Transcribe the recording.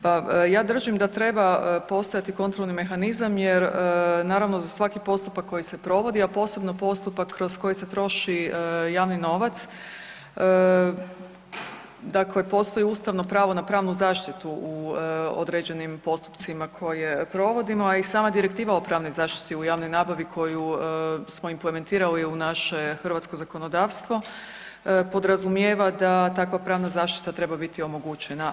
Pa ja držim da treba postojati kontrolni mehanizam, jer naravno za svaki postupak koji se provodi, a posebno postupak kroz koji se troši javni novac, dakle postoji ustavno pravo na pravnu zaštitu u određenim postupcima koje provodimo, a i sama Direktiva o pravnoj zaštiti u javnoj nabavi koju smo implementirali u naše hrvatsko zakonodavstvo podrazumijeva da takva pravna zaštita treba biti omogućena.